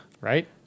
Right